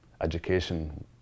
education